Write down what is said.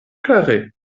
klare